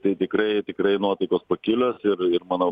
tai tikrai tikrai nuotaikos pakilios irir manau